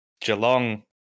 Geelong